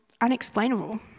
unexplainable